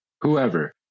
whoever